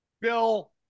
bill